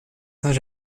saint